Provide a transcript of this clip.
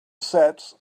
sets